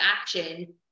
action